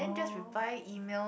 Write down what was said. oh